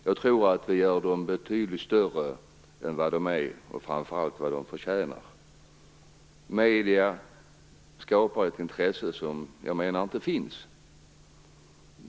Jag tror att vi gör dem betydligt större än vad de är och framför allt vad de förtjänar. Medierna skapar ett intresse som jag menar inte finns.